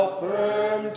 firm